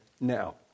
Now